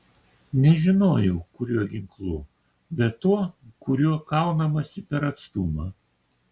nežinojau kuriuo ginklu bet tuo kuriuo kaunamasi per atstumą